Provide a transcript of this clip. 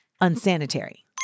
unsanitary